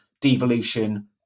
devolution